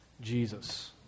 Jesus